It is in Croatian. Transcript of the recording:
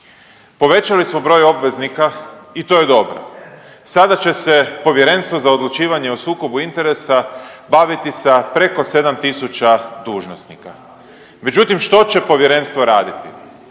Povećali smo broj obveznika i to je dobro. Sada će se Povjerenstvo za odlučivanje o sukobu interesa baviti sa preko 7 tisuća dužnosnika. Međutim, što će povjerenstvo raditi?